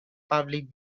public